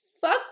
Fuck